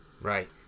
Right